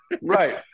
Right